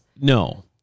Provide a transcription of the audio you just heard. no